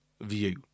view